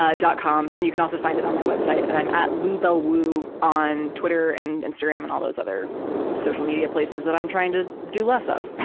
ah. com. and you can also find it on my web site. and i'm at lubellwoo on twitter and instagram and all those other social media places that i'm trying to do less of.